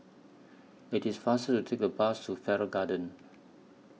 IT IS faster to Take The Bus to Farrer Garden